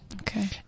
Okay